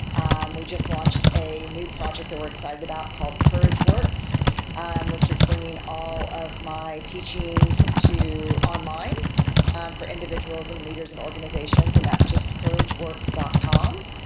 um we just launched a new project that we're excited about called courageworks, and which is bringing all of my teachings online for individuals and leaders and organizations. and that's just courageworks dot com.